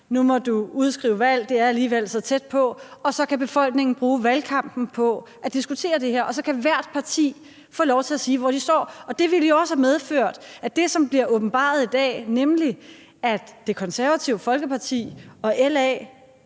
nu må udskrive valg; det er alligevel så tæt på. Så kunne befolkningen bruge valgkampen til at diskutere det her, og så kunne hvert parti få lov til at sige, hvor de stod. Det ville jo også have medført det, som bliver åbenbaret i dag, nemlig at Det Konservative Folkeparti og LA